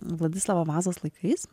vladislovo vazos laikais